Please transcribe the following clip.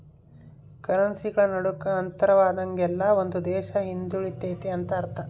ಕರೆನ್ಸಿಗಳ ನಡುಕ ಅಂತರವಾದಂಗೆಲ್ಲ ಒಂದು ದೇಶ ಹಿಂದುಳಿತೆತೆ ಅಂತ ಅರ್ಥ